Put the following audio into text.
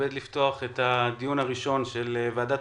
אני מתכבד לפתוח את הדיון הראשון של ועדת